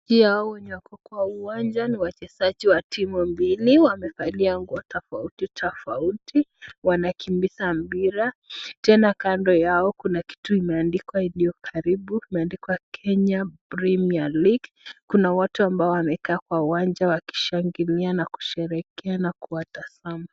Hii hao wenye wako kwenye uwanja ni wachezaji wa timu mbili, wamevalia nguo tofauti tofauti ,wanakimbiza mpira tena kando yao kuna kitu imeandikwa kwa iliokaribu imeandikwa Kenya Primier League . Kuna watu ambao wamekaa kwa uwanja wakishangilia na kusherehekea na kuwatazama.